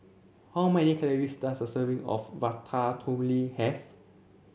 how many calories does a serving of Ratatouille have